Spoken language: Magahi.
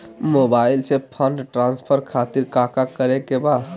मोबाइल से फंड ट्रांसफर खातिर काका करे के बा?